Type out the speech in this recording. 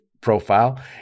profile